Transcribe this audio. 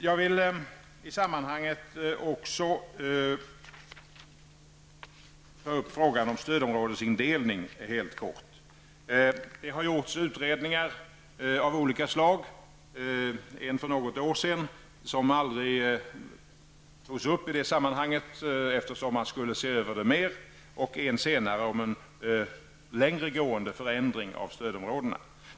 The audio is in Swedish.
Jag vill i detta sammanhang också ta upp frågan om stödområdesindelningen. Det har gjorts utredningar av olika slag; en för något år sedan som aldrig togs upp i sammanhanget, eftersom man skulle se över frågan ytterligare, och en senare om en längre gående förändring av stödområdena.